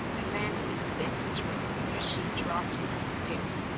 and ran to mrs. benson's room, where she dropped in a fit.